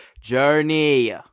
journey